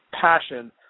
passion